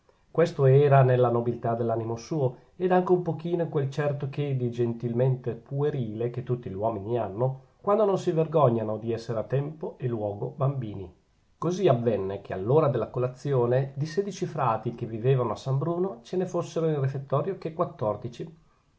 questo era nella nobiltà dell'animo suo ed anche un pochino in quel certo che di gentilmente puerile che tutti gli uomini hanno quando non si vergognano di essere a tempo e luogo bambini così avvenne che all'ora della colazione di sedici frati che vivevano a san bruno non ce ne fossero in refettorio che quattordici